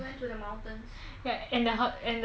I think is counted as a airport hotel because